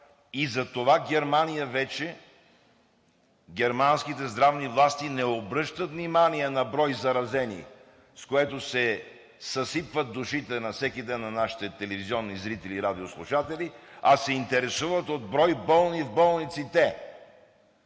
и вече в Германия германските здравни власти не обръщат внимание на брой заразени, с което съсипват всеки ден душите на нашите телевизионни зрители и радиослушатели, а се интересуват от брой болни в болниците,